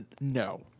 no